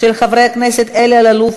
של חברי הכנסת אלי אלאלוף,